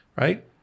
right